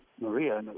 Maria